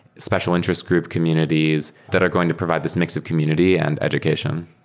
special interest group communities that are going to provide this mix of community and education.